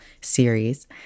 series